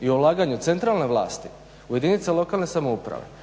i o ulaganju centralne vlasti u jedinice lokalne samouprave